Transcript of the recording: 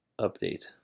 update